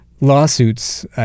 lawsuits